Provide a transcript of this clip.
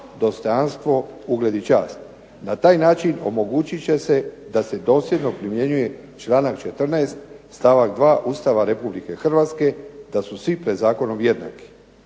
dostojanstvo, ugled i čast. Na taj način omogućit će se da se dosljedno primjenjuje članak 14. stavak 2. Ustava Republike Hrvatske da su svi pred zakonom jednaki.